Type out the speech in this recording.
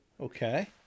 Okay